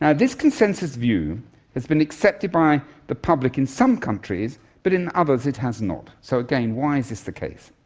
ah this consensus view has been accepted by the public in some countries but in others it has not. so, again, why is this the case?